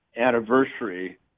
anniversary